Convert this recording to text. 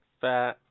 Fat